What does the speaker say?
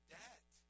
debt